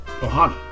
Ohana